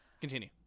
Continue